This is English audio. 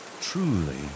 truly